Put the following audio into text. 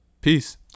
peace